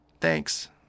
Thanks